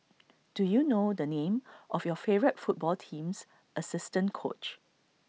do you know the name of your favourite football team's assistant coach